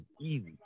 easy